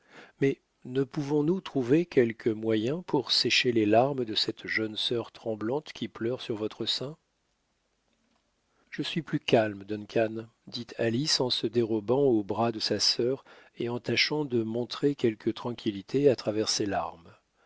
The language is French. mais ne pouvons-nous trouver quelque moyen pour sécher les larmes de cette jeune sœur tremblante qui pleure sur votre sein je suis plus calme duncan dit alice en se dérobant aux bras de sa sœur et en tâchant de montrer quelque tranquillité à travers ses larmes